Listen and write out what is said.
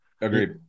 Agreed